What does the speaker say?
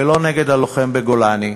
ולא נגד הלוחם בגולני,